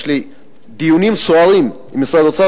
יש לי דיונים סוערים עם משרד האוצר